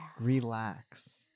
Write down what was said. Relax